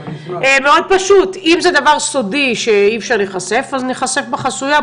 אם זה דבר סודי שאי אפשר שייחשף אז הוא ייחשף בוועדה החסויה,